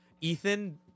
Ethan